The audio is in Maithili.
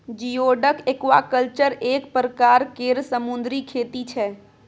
जिओडक एक्वाकल्चर एक परकार केर समुन्दरी खेती छै